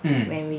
mm